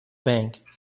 bank